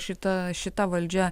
šita šita valdžia